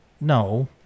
no